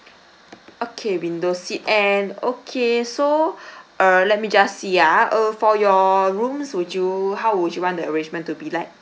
okay window seat and okay so err let me just see ah err for your rooms would you how would you want the arrangement to be like